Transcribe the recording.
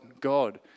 God